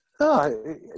No